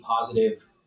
positive